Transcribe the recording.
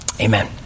Amen